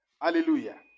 Hallelujah